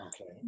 Okay